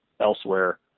elsewhere